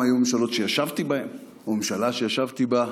היו ממשלות שישבתי בהן, או ממשלה שישבתי בה,